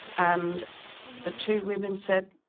and the two women said,